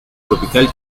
tropical